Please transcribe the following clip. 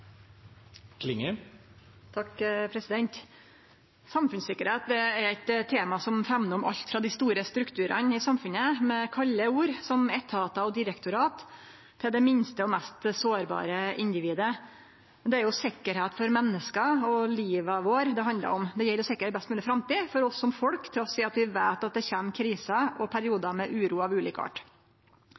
store strukturane i samfunnet – med kalde ord som etatar og direktorat – til det minste og mest sårbare individet. Det er jo sikkerheit for menneska og liva våre det handlar om. Det gjeld å sikre ei best mogleg framtid for oss som folk, trass i at vi veit at det kjem kriser og periodar med uro av ulik art.